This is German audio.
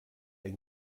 ein